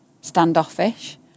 standoffish